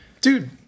Dude